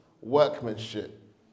workmanship